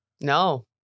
No